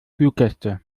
fluggäste